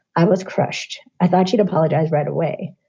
i was crushed. i thought she'd apologize right away.